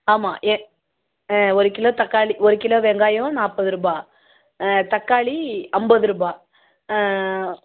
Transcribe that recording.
ஆமாம் ஏ ஆ ஒரு கிலோ தக்காளி ஒரு கிலோ வெங்காயம் நாற்பதுருபா ஆ தக்காளி ஐம்பதுருபா